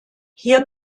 hier